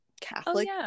catholic